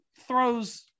throws –